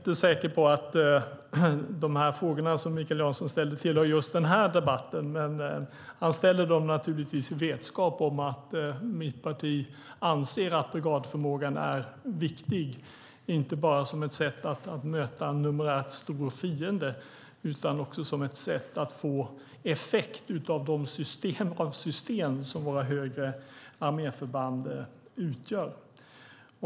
Herr talman! Jag är inte säker på att de frågor som Mikael Jansson ställer tillhör just den här debatten. Men han ställer dem naturligtvis i vetskap om att mitt parti anser att brigadförmågan är viktig, inte bara som ett sätt att möta en numerärt stor fiende utan också som ett sätt att få effekt av de system av system som våra högre arméförband utgör.